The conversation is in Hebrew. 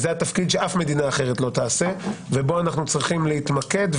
התפקיד שאף מדינה אחרת לא תעשה ובו אנחנו צריכים להתמקד,